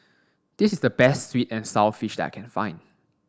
this is the best sweet and sour fish that I can find